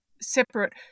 separate